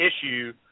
issue